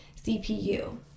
CPU